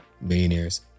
Millionaires